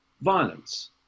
violence